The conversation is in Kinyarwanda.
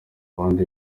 abandi